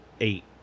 Eight